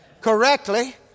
correctly